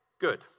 good